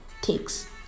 takes